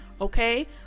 okay